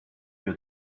your